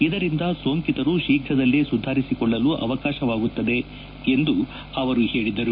ಇದರಿಂದ ಸೋಂಕಿತರು ಶೀಫ್ರದಲ್ಲೇ ಸುಧಾರಿಸಿಕೊಳ್ಳಲು ಅವಕಾಶವಾಗುತ್ತದೆ ಎಂದು ಅವರು ಹೇಳಿದರು